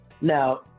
now